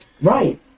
Right